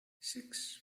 six